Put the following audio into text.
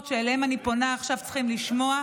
שאליהן אני פונה עכשיו צריכות לשמוע?